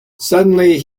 suddenly